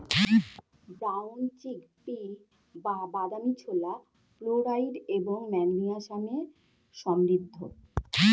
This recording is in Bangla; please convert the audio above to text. ব্রাউন চিক পি বা বাদামী ছোলা ফ্লোরাইড এবং ম্যাগনেসিয়ামে সমৃদ্ধ